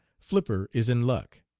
flipper is in luck.